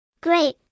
Great